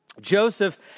Joseph